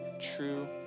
true